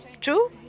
true